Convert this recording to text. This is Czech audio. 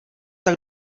tak